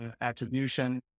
attribution